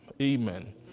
Amen